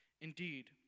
Indeed